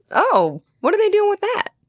oh! what are they doing with that?